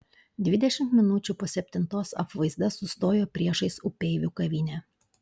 dvidešimt minučių po septintos apvaizda sustojo priešais upeivių kavinę